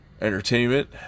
Entertainment